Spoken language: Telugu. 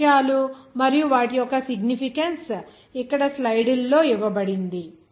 ఆ విషయాలు మరియు వాటి యొక్క సిగ్నిఫికన్స్ ఇక్కడ స్లైడ్లో ఇవ్వబడింది